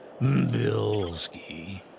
Bilski